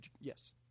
yes